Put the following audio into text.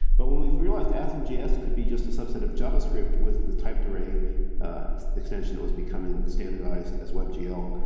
but when we've realized asm js could be just a subset of javascript with the typed array extension. it was becoming standardized as webgl,